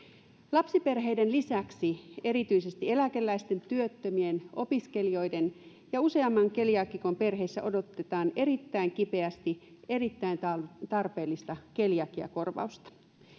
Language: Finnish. lapsiperheiden lisäksi erityisesti eläkeläisten työttömien opiskelijoiden ja useamman keliaakikon perheissä odotetaan erittäin kipeästi erittäin tarpeellista keliakiakorvausta